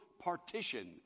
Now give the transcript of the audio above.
partition